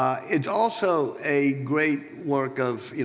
it's also a great work of, you